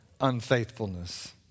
unfaithfulness